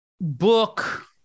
book